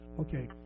Okay